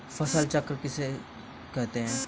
फसल चक्र किसे कहते हैं?